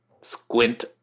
squint